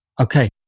Okay